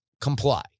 comply